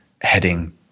heading